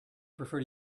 prefer